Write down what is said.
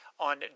on